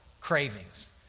cravings